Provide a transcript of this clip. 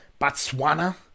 Botswana